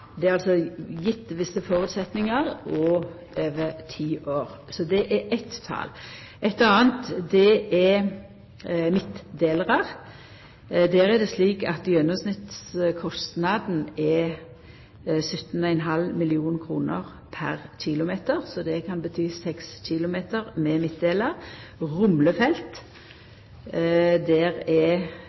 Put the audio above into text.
Det er på visse vilkår og over ti år. Det er eitt tal. Noko anna er midtdelarar. Der er gjennomsnittskostnaden 17,5 mill. kr per km, så det kan bety 6 km med midtdelarar. For rumlefelt er